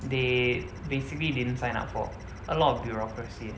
they basically didn't sign up for a lot of bureaucracy